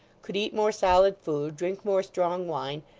could eat more solid food, drink more strong wine,